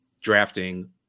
drafting